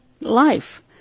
life